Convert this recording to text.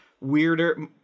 Weirder